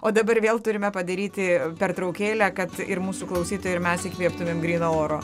o dabar vėl turime padaryti pertraukėlę kad ir mūsų klausytojai ir mes įkvėptumėm gryno oro